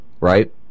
right